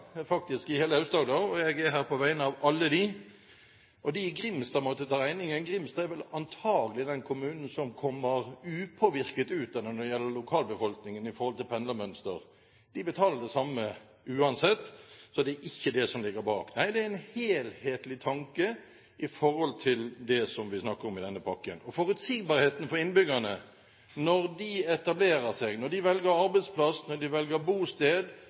faktisk i hele Aust-Agder, og jeg er her på vegne av alle dem. Han sa at de i Grimstad måtte ta regningen. Grimstad er vel antakelig den kommunen som kommer upåvirket ut av det i forhold til pendlermønster når det gjelder lokalbefolkningen. De betaler det samme uansett, så det er ikke det som ligger bak. Nei, det er en helhetlig tanke i forhold til det vi snakker om i denne pakken. Forutsigbarheten for innbyggerne når de etablerer seg, når de velger arbeidsplass, når de velger bosted,